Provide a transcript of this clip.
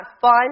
fun